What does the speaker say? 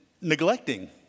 neglecting